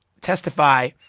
testify